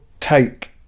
take